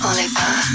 Oliver